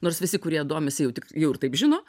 nors visi kurie domisi jau tik jau ir taip žino